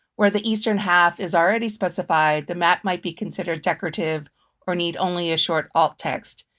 where the eastern half is already specified, the map might be considered decorative or need only a short alt text.